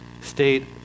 state